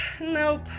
nope